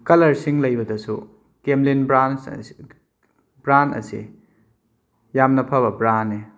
ꯀꯂꯔꯁꯤꯡ ꯂꯩꯕꯗꯁꯨ ꯀꯦꯝꯂꯤꯟ brans bran ꯑꯁꯦ ꯌꯥꯝꯅ ꯐꯕ ꯕ꯭ꯔꯥꯟꯅꯦ